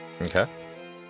Okay